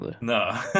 No